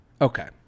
Okay